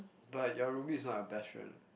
but your Ruby is not a best friend